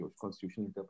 constitutional